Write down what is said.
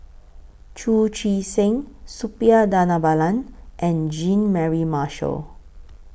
Chu Chee Seng Suppiah Dhanabalan and Jean Mary Marshall